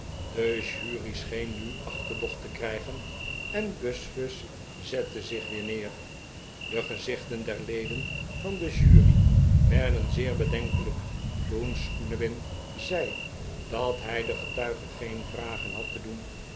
de jury scheen nu achterdocht te krijgen en buzfuz zette zich weer neer de gezichten der leden van de jury werden zeer bedenkelijk toen snubbin zei dat hij de getuige geen vragen had te doen